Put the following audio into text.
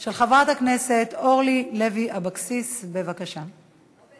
של חברת הכנסת אורלי לוי אבקסיס, בבקשה.